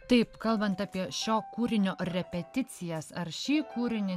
taip kalbant apie šio kūrinio repeticijas ar šį kūrinį